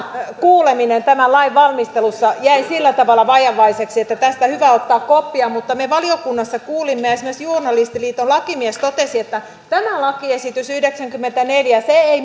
kuuleminen tämän lain valmistelussa jäi sillä tavalla vajavaiseksi että tästä on hyvä ottaa koppia me valiokunnassa kuulimme asiantuntijoita esimerkiksi journalistiliiton lakimies totesi että tämä lakiesitys yhdeksänkymmentäneljä ei